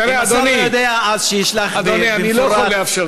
אם השר לא יודע, אז שישלח במפורט בכתב.